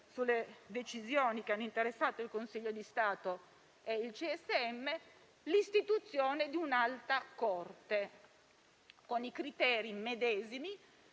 sulle decisioni che hanno interessato il Consiglio di Stato e il CSM - l'istituzione di un'Alta corte con i criteri medesimi